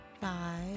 five